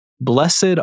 Blessed